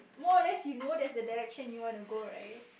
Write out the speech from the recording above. more or less you know that's the direction you wanna go right